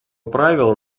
правила